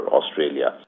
Australia